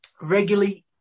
regularly